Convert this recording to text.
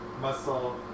muscle